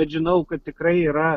bet žinau kad tikrai yra